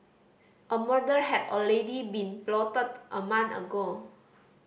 a murder had already been plotted a month ago